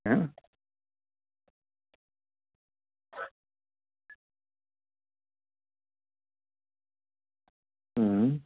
ಹ್ಞೂ ಹ್ಞೂ